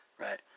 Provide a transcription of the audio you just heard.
Right